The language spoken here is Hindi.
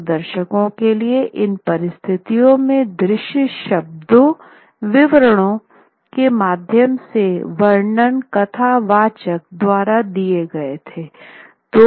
तो दर्शकों के लिए इन परिस्थितियों में दृश्य शब्दों विवरणों के माध्यम से वर्णन कथावाचक द्वारा दिए गए हैं